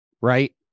right